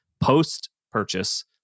post-purchase